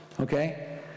okay